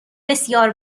بسیار